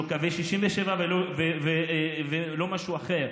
לא קווי 67' ולא משהו אחר.